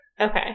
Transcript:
Okay